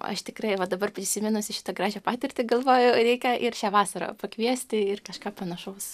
aš tikrai va dabar prisiminusi šitą gražią patirtį galvoju reikia ir šią vasarą pakviesti ir kažką panašaus